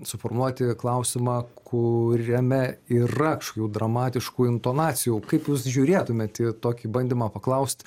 suformuoti klausimą kuriame yra kažkokių dramatiškų intonacijų kaip jūs žiūrėtumėt į tokį bandymą paklaust